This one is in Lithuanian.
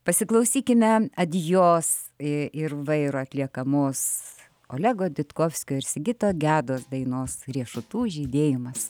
pasiklausykime adjos ir vairo atliekamos olego ditkovskio ir sigito gedos dainos riešutų žydėjimas